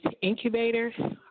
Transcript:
Incubator